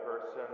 person